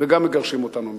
וגם מגרשים אותנו מהעיר.